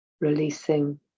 releasing